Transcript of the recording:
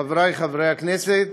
חברי חברי הכנסת,